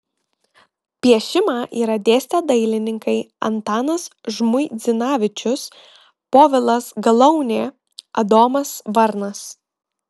piešimą yra dėstę dailininkai antanas žmuidzinavičius povilas galaunė adomas varnas